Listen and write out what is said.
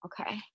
okay